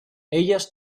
ellos